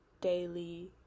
daily